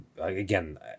again